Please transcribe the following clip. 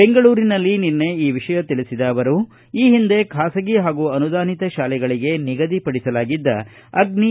ಬೆಂಗಳೂರಿನಲ್ಲಿ ನಿನ್ನೆ ಈ ವಿಷಯ ತಿಳಿಸಿದ ಅವರು ಈ ಹಿಂದೆ ಖಾಸಗಿ ಹಾಗೂ ಅನುದಾನಿತ ತಾಲೆಗಳಿಗೆ ನಿಗದಿಪಡಿಸಲಾಗಿದ್ದ ಅಗ್ನಿ